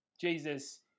Jesus